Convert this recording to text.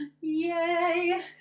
Yay